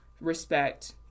respect